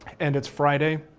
and it's friday,